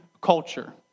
culture